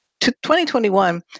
2021